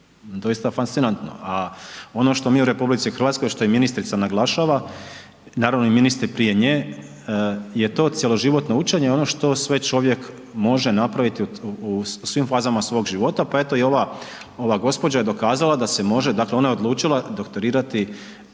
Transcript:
doista fascinantno. A ono što mi u RH što i ministrica naglašava, naravno i ministri prije nje je to cjeloživotno učenje i ono što sve čovjek može napraviti u svim fazama svog života, pa eto i ova gospođa je dokazala da se može, dakle ona je odlučila doktorirati